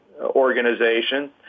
organization